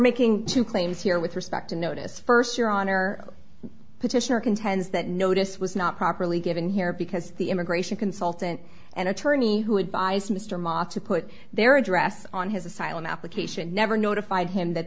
making two claims here with respect to notice first your honor petitioner contends that notice was not properly given here because the immigration consultant and attorney who advised mr mott to put their address on his asylum application never notified him that